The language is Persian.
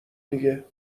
دیگه